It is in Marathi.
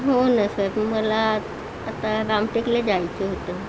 हो ना सर मला आता रामटेकला जायचं होतं